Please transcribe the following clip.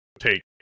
take